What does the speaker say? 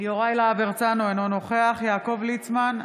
יוראי להב הרצנו, אינו נוכח יעקב ליצמן,